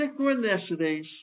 synchronicities